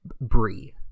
brie